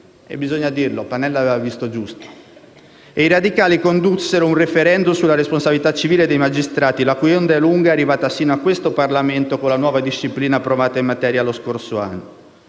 Bisogna dirlo: Pannella aveva visto giusto. E i radicali condussero un *referendum* sulla responsabilità civile dei magistrati, la cui onda lunga è arrivata sino in questo Parlamento, con la nuova disciplina approvata in materia lo scorso anno.